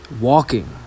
walking